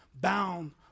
bound